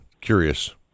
Curious